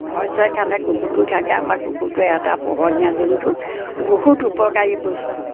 ভয় চায় খালে কুকুৰটো থাকে আমাৰ কুকুৰটো এটা পোহনীয়া জন্তু বহুত উপকাৰী বস্তু